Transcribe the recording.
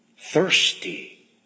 thirsty